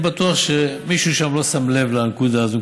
אני בטוח שמישהו שם לא שם לב לנקודה הזו.